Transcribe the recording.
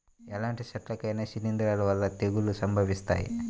ఎలాంటి చెట్లకైనా శిలీంధ్రాల వల్ల తెగుళ్ళు సంభవిస్తాయి